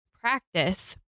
practice